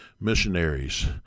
missionaries